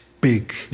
big